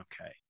okay